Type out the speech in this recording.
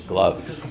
Gloves